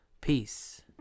Peace